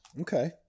Okay